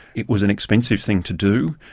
it was an expensive thing to do.